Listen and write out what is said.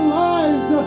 lives